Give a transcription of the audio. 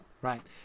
right